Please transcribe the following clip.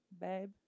babe